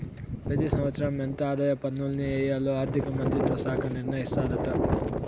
పెతి సంవత్సరం ఎంత ఆదాయ పన్నుల్ని ఎయ్యాల్లో ఆర్థిక మంత్రిత్వ శాఖ నిర్ణయిస్తాదాట